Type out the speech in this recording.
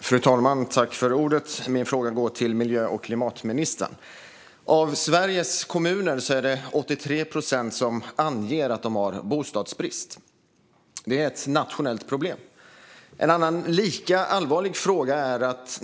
Fru talman! Min fråga går till miljö och klimatministern. Av Sveriges kommuner är det 83 procent som anger att de har bostadsbrist. Det är ett nationellt problem. Jag vill nämna en annan lika allvarlig fråga.